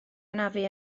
anafu